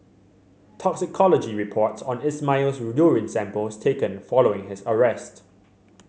toxicology reports on Ismail's urine samples taken following his arrest